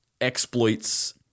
exploits